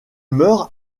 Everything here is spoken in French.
meurt